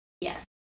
Yes